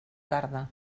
tarda